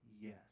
Yes